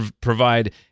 provide